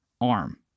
arm